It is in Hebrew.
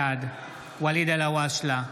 בעד ואליד אלהואשלה,